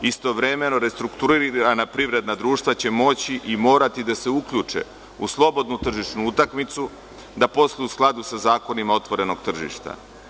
Istovremeno, restrukturirana privredna društva će moći i morati da se uključe u slobodnu tržišnu utakmicu, da posluju u skladu sa zakonima otvorenog tržišta.